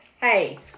Hey